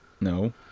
No